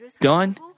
done